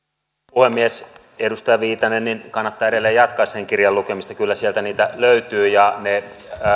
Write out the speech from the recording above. puhemies edustaja viitanen kannattaa edelleen jatkaa sen kirjan lukemista kyllä sieltä niitä löytyy ne